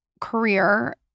career